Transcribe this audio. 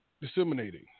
disseminating